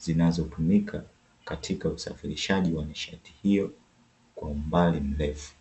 zinazotumika katika usafirishaji wa nishati hiyo kwa umbali mrefu.